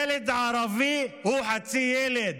ילד ערבי הוא חצי ילד.